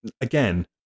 again